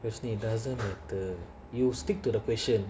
isn't it doesn't matter you stick to the question